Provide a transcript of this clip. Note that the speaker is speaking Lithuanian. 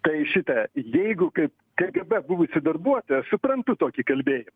tai šitą jeigu kaip kgb buvusį darbuotoją aš suprantu tokį kalbėjimą